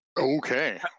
Okay